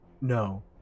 no